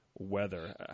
weather